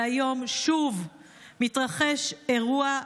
והיום שוב מתרחש אירוע,